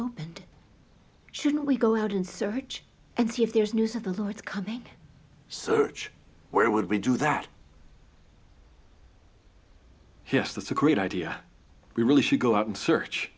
opened shouldn't we go out and search and see if there is news of the lord's coming search where would we do that yes that's a great idea we really should go out and search